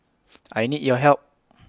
I need your help